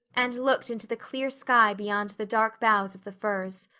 and looked into the clear sky beyond the dark boughs of the firs.